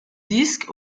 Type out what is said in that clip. disque